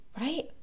right